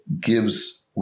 gives